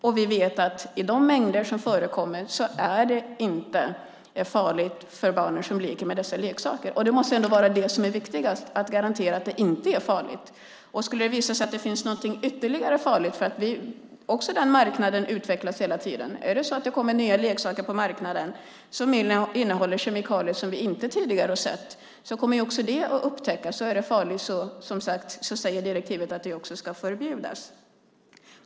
Och vi vet att med de mängder som förekommer är det inte farligt för barn att leka med dessa leksaker. Det som är viktigast måste ändå vara att garantera att det inte är farligt. Skulle det visa sig att det finns någonting ytterligare som är farligt, för också den marknaden utvecklas hela tiden, och det kommer nya leksaker på marknaden som innehåller kemikalier som vi inte tidigare har sett, kommer också det att upptäckas. Och är det farligt säger direktivet som sagt att det ska förbjudas.